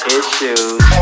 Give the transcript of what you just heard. issues